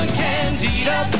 candida